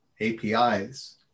APIs